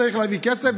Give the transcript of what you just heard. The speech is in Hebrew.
צריך להביא כסף,